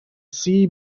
sea